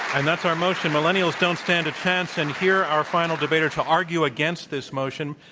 and that's our motion, millennials don't stand a chance. and here, our final debater to argue against this motion,